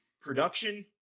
production